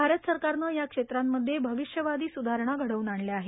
भारत सरकारने या क्षेत्रांमध्ये भविष्यवादी सुधारणा घडवून आणल्या आहेत